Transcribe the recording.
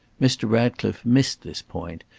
mr. ratcliffe missed this point,